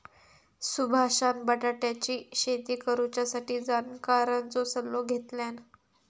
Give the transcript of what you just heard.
सुभाषान बटाट्याची शेती करुच्यासाठी जाणकारांचो सल्लो घेतल्यान